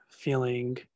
feeling